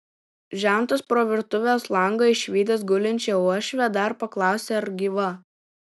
žentas pro virtuvės langą išvydęs gulinčią uošvę dar paklausė ar gyva